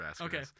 Okay